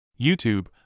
YouTube